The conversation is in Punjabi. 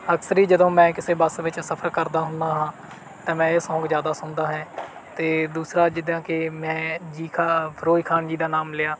ਅਕਸਰ ਹੀ ਜਦੋਂ ਮੈਂ ਕਿਸੇ ਬੱਸ ਵਿੱਚ ਸਫ਼ਰ ਕਰਦਾ ਹੁੰਦਾ ਹਾਂ ਤਾਂ ਮੈਂ ਇਹ ਸੌਂਗ ਜ਼ਿਆਦਾ ਸੁਣਦਾ ਹੈ ਅਤੇ ਦੂਸਰਾ ਜਿੱਦਾਂ ਕਿ ਮੈਂ ਜੀ ਖਾਨ ਫਿਰੋਜ਼ ਖਾਨ ਜੀ ਦਾ ਨਾਮ ਲਿਆ